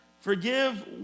forgive